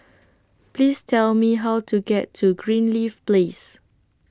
Please Tell Me How to get to Greenleaf Place